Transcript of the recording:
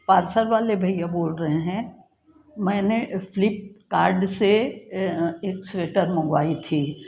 parcel वाले भैया बोल रहे हैं मैंने फ्लिपकार्ड से एक स्वेटर मँगवाई थी